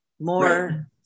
more